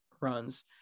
runs